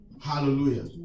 Hallelujah